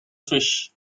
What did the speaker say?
fish